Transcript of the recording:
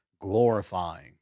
glorifying